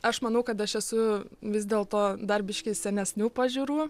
aš manau kad aš esu vis dėl to dar biškį senesnių pažiūrų